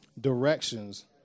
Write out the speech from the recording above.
directions